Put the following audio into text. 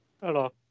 Hello